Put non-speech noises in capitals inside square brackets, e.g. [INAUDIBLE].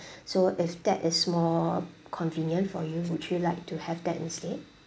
[BREATH] so if that is more convenient for you would you like to have that instead